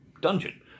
Dungeon